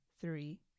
three